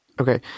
Okay